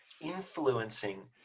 influencing